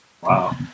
Wow